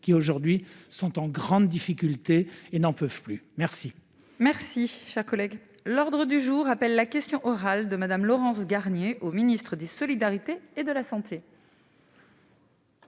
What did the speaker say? qui aujourd'hui sont en grande difficulté et n'en peuvent plus, merci. Merci, cher collègue, l'ordre du jour appelle la question orale de Madame Laurence Garnier au ministre des solidarités et de la santé.